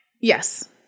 Yes